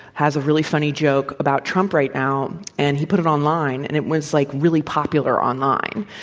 has a really funny joke about trump right now. and he put it online, and it was like really popular online.